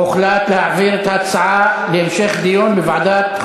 הוחלט להעביר את ההצעה להמשך דיון בוועדת החוקה,